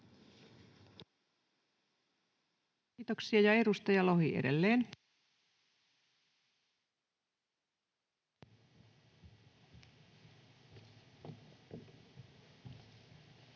Kiitoksia. — Edustaja Lahdenperä.